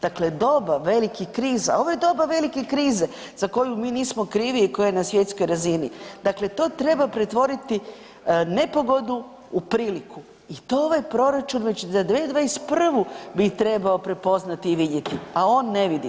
Dakle, doba velikih kriza, ovo je doba velike krize za koju mi nismo krivi i koja je na svjetskoj razini dakle to treba pretvoriti nepogodu u priliku i to ovaj proračun već za 2021. bi trebao prepoznati i vidjeti, a on ne vidi.